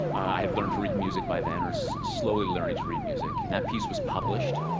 i had learned to read music by then, or slowly learning to read music. and that piece was published,